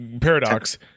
Paradox